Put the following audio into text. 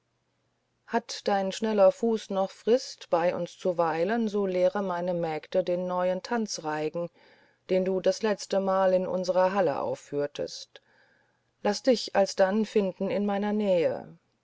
hat dein schneller fuß noch frist bei uns zu weilen so lehre meine mägde den neuen tanzreigen den du das letztemal in unserer halle aufführtest und laß dich alsdann finden in meiner nähe